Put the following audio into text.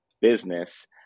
business